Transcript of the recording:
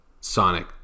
Sonic